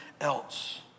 else